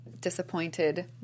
disappointed